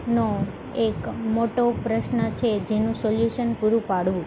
નો એક મોટો પ્રશ્ન છે જેનું સોલ્યુશન પૂરું પાડવું